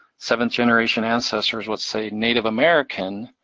seventh generation ancestors was, say, native american,